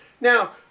Now